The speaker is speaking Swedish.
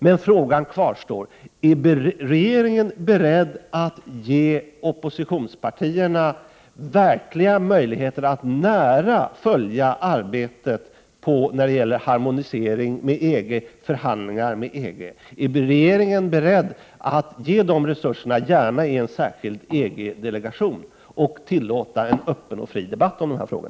Men frågan kvarstår: Är regeringen beredd att ge oppositionspartierna verkliga möjligheter att nära följa arbetet i fråga om harmonisering med EG och förhandlingarna med EG? Är regeringen beredd att ge resurser, gärna i form av en särskild EG-delegation, och tillåta en öppen och fri debatt i dessa frågor?